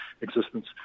existence